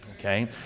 okay